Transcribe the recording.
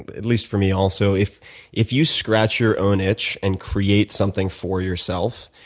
but at least for me also, if if you scratch your own itch and create something for yourself,